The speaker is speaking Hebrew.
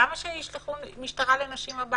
למה שישלחו משטרה לנשים הביתה?